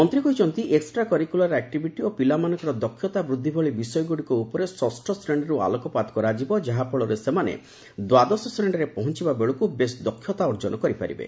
ମନ୍ତ୍ରୀ କହିଛନ୍ତି extra curricular activity ଓ ପିଲାମାନଙ୍କର ଦକ୍ଷତା ବୃଦ୍ଧି ଭଳି ବିଷୟଗୁଡ଼ିକ ଉପରେ ଷଷ୍ଠ ଶ୍ରେଣୀରୁ ଆଲୋକପାତ କରାଯିବ ଯାଫଳରେ ସେମାନେ ଦ୍ୱାଦଶ ଶ୍ରେଣୀରେ ପହଞ୍ଚିବା ବେଳକ୍ ବେଶ୍ ଦକ୍ଷତା ଅର୍ଜନ କରିପାରିଥିବେ